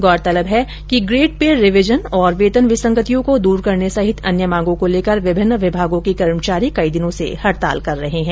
गौरतलब है कि ग्रेड पे रिवीजन और वेतन विसंगतियों को दूर करने सहित अन्य मांगों को लेकर विभिन्न विभागों के कर्मचारी कई दिनों से हड़ताल कर रहे है